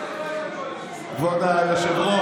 כבוד היושב-ראש,